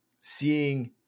seeing